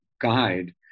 guide